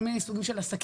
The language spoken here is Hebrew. כל מיני סוגים של עסקים,